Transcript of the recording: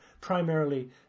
primarily